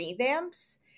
revamps